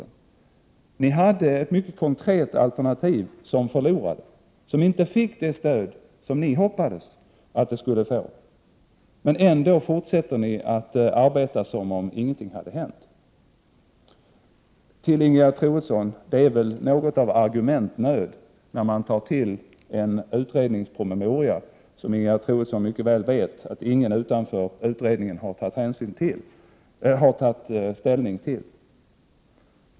Ni hade ett mycket konkret alternativ som förlorade, som inte fick det stöd som ni hoppades att det skulle få. Ändå fortsätter ni att arbeta som om ingenting hade hänt. Till Ingegerd Troedsson. Det är väl något av argumentnöd när man tar till en utredningspromemoria till vilken, som Ingegerd Troedsson vet, ingen utanför utredningen har tagit ställning.